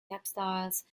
textiles